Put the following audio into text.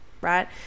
right